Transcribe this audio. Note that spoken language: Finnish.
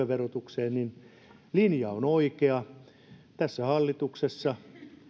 verotukseen niin se linja on oikea tässä hallituksessa